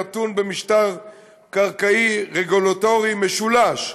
הנתון במשטר קרקעי רגולטורי משולש,